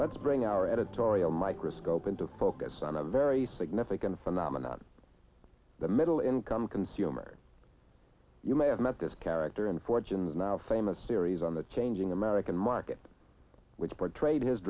let's bring our editorial microscope into focus on a very significant phenomenon the middle income consumers you may have met this character in fortune the now famous series on the changing american market which portrayed his